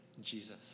Jesus